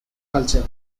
culture